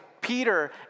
Peter